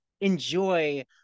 enjoy